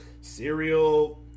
cereal